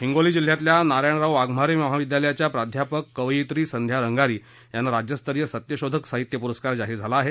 हिंगोली जिल्ह्यातल्या नारायणराव वाघमारे महाविद्यालयाच्या प्राध्यापक कवयित्री संध्या रंगारी यांना राज्यस्तरीय सत्यशोधक साहित्य प्रस्कार जाहीर झाला आहे